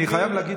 אני חייב להגיד,